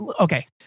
Okay